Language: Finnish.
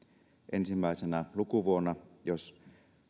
ensimmäisenä lukuvuonna jos